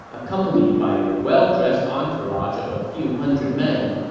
accompanied by a well-dressed entourage of a few hundred men.